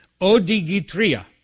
odigitria